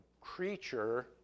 creature